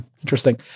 Interesting